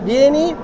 Vieni